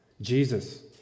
Jesus